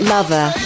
Lover